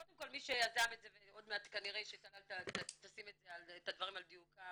קודם כל מי שיזם את זה ועוד מעט כנראה שטלל תשים את הדברים על דיוקם,